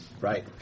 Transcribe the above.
Right